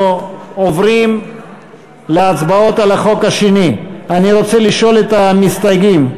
הסתייגות מס' 4 לסעיף 1,